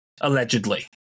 allegedly